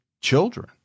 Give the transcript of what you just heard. children